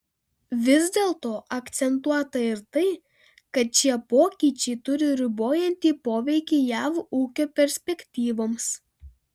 vis dėlto akcentuota ir tai kad šie pokyčiai turi ribojantį poveikį jav ūkio perspektyvoms